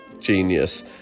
genius